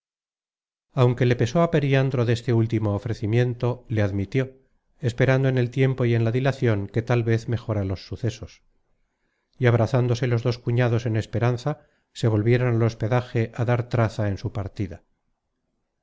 aunque le pesó á periandro deste último ofrecimiento le admitió esperando en el tiempo y en la dilacion que tal vez mejora los sucesos y abrazándose los dos cuñados en esperanza se volvieron al hospedaje á dar traza en su partida